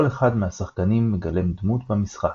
כל אחד מהשחקנים מגלם דמות במשחק,